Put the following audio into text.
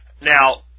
Now